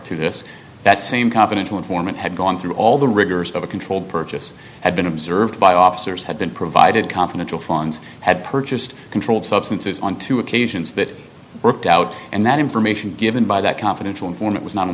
to this that same confidential informant had gone through all the rigors of a controlled purchase had been observed by officers had been provided confidential funds had purchased controlled substances on two occasions that it worked out and that information given by that confidential informant was not